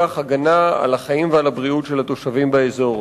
הגנה על החיים והבריאות של התושבים באזור.